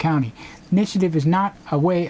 county nation live is not a way